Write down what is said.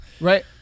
Right